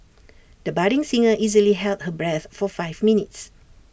the budding singer easily held her breath for five minutes